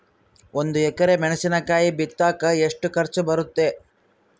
ಒಂದು ಎಕರೆ ಮೆಣಸಿನಕಾಯಿ ಬಿತ್ತಾಕ ಎಷ್ಟು ಖರ್ಚು ಬರುತ್ತೆ?